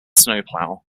snowplow